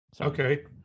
Okay